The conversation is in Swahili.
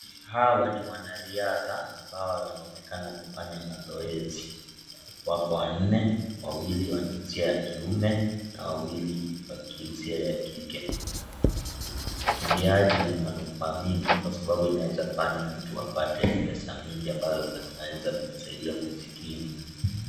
Hawa ni wanariadha ambao wanaonekana kufanya mazoezi, wako wanne, wawili wa jinsia ya kiume na wawili wa jinsia ya kike, ukimbiaji una manufaa mengi kwa sababu unaezafanya mtu apate pesa mingi ambazo zinaweza kumsaidia kujikimu.